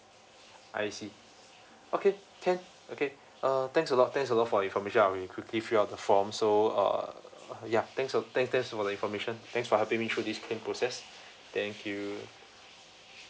I see okay can okay uh thanks a lot thanks a lot for information I will be quickly fill up the form so uh ya thanks for thanks thanks for the information thanks for helping me through this claim process thank you